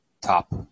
top